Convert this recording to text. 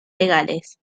legales